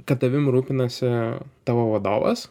kad tavim rūpinasi tavo vadovas